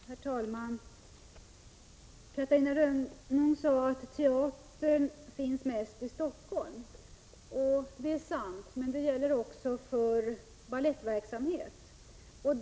Herr talman! Catarina Rönnung sade att teater finns främst i Helsingfors. Det är sant. Men det gäller också för balettverksamhet.